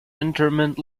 interment